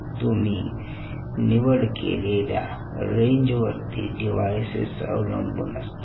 तुम्ही निवड केलेल्या रेंज वरती डिव्हाइसेस अवलंबून असतात